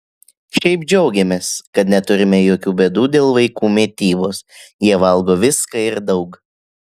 šiaip džiaugiamės kad neturime jokių bėdų dėl vaikų mitybos jie valgo viską ir daug